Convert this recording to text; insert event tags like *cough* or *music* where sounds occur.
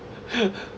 *laughs*